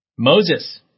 Moses